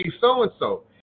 so-and-so